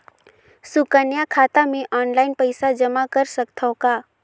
सुकन्या खाता मे ऑनलाइन पईसा जमा कर सकथव का?